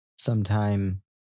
sometime